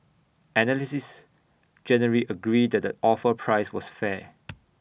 analysts generally agreed that the offer price was fair